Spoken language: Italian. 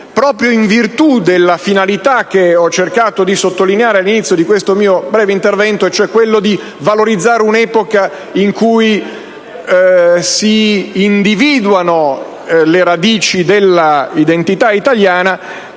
proprio in virtù della finalità che ho cercato di sottolineare all'inizio di questo mio breve intervento, cioè quella di valorizzare lo studio delle radici della identità italiana,